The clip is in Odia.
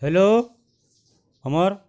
ହ୍ୟାଲୋ ଅମର୍